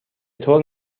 طور